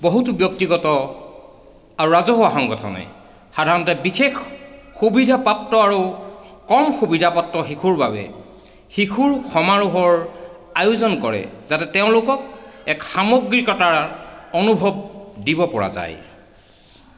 বহুতো ব্যক্তিগত আৰু ৰাজহুৱা সংগঠনে সাধাৰণতে বিশেষ সুবিধাপ্ৰাপ্ত আৰু কম সুবিধাপ্ৰাপ্ত শিশুৰ বাবে শিশুৰ সমাৰোহৰ আয়োজন কৰে যাতে তেওঁলোকক এক সামগ্ৰিকতাৰ অনুভৱ দিব পৰা যায়